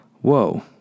Whoa